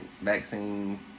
vaccine